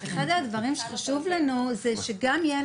לכן הדברים שחשוב לנו זה שגם ילד